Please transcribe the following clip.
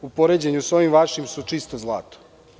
U poređenju sa ovim vašim su čisto zlato.